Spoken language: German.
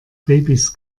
babys